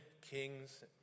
kings